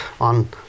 on